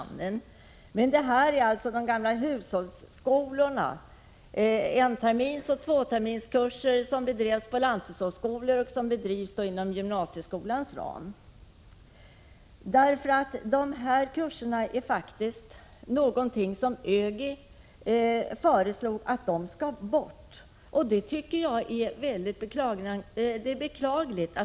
Men vad det handlar om är de gamla hushållsskolorna, enterminsoch tvåterminskurser som bedrevs på lanthushållsskolor och som nu bedrivs inom gymnasieskolans ram. ÖGY föreslog faktiskt att dessa kurser skall tas bort, och det tycker jag är mycket beklagligt.